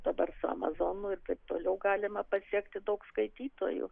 dabar su amazonu ir taip toliau galima pasiekti daug skaitytojų